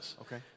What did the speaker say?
Okay